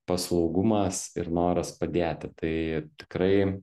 paslaugumas ir noras padėti tai tikrai